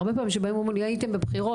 הרבה פעמים כשבאים ואומרים לי הייתם בבחירות,